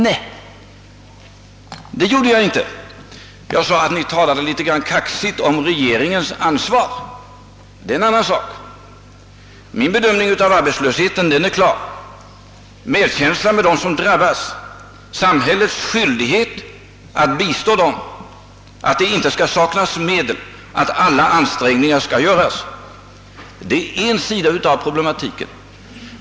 Nej, det gjorde jag inte. Jag sade att ni talade litet kaxigt om regeringens ansvar. Det är en annan sak. Min bedömning av arbetslösheten är klar. Jag talade tidigare om medkänslan med dem som drabbas och om sam hällets skyldigheter att bistå dem, jag talade om att det inte skall saknas medel och att alla ansträngningar skall göras. Det är en sak.